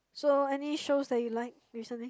so any shows that you like recently